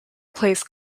plays